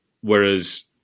Whereas